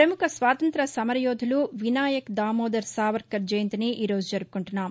ప్రముఖ స్వాతంత్ర్య సమరయోధులు వినాయక్ దామోదర్ సావర్కర్ జయంతిని ఈరోజు జరుపుకుంటున్నాం